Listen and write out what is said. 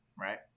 Right